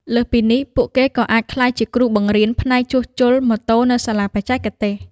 លើសពីនេះ ពួកគេក៏អាចក្លាយជាគ្រូបង្រៀនផ្នែកជួសជុលម៉ូតូនៅសាលាបច្ចេកទេស។